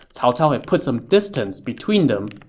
cao cao had put some distance between them.